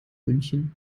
münchen